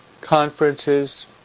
conferences